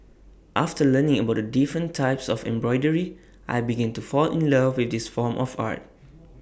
after learning about the different types of embroidery I began to fall in love with this form of art